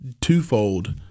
twofold